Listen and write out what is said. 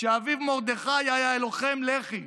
שאביו מרדכי היה לוחם לח"י